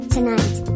Tonight